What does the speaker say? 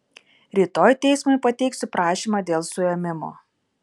rytoj teismui pateiksiu prašymą dėl suėmimo